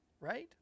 right